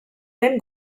den